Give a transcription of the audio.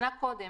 שנה קודם,